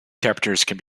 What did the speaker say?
temperatures